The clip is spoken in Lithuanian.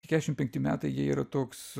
kešim penkti metai jie yra toks